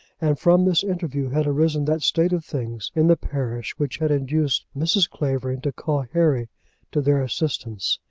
and from this interview had arisen that state of things in the parish which had induced mrs. clavering to call harry to their assistance.